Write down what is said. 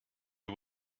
you